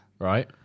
Right